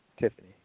Tiffany